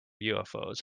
ufos